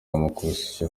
yamukubise